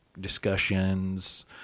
discussions